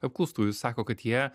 apklaustųjų sako kad jie